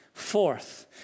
Fourth